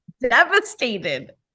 Devastated